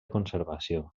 conservació